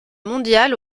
mondial